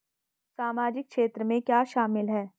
सामाजिक क्षेत्र में क्या शामिल है?